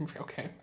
okay